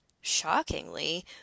shockingly